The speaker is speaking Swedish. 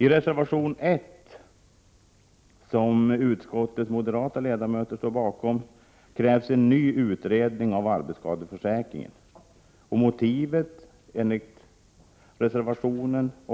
I reservation 1 som utskottets moderata ledamöter står bakom krävs en ny utredning av arbetsskadeförsäkringen. Motivet är — enligt reservanterna —